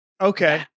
okay